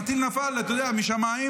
הטיל נפל, אתה יודע, משמיים,